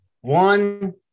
One